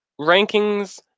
Rankings